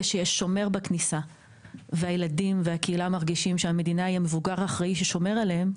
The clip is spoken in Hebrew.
שמאפשר לקהילה ולילדים להרגיש שהמדינה היא המבוגר האחראי ששומר עליהם,